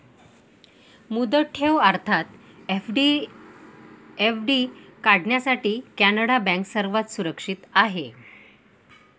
मुदत ठेव अर्थात एफ.डी काढण्यासाठी कॅनडा बँक सर्वात सुरक्षित आहे